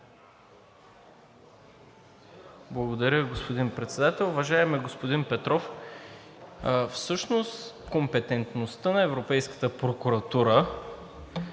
Благодаря Ви, господин Председател. Уважаеми господин Петров, всъщност компетентността на Европейската прокуратура